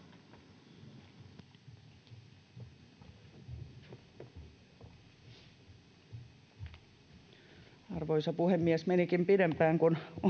Arvoisa puhemies! Menikin pidempään kuin odotin.